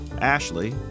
Ashley